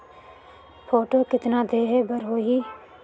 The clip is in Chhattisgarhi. फोटो कतना देहें बर होहि?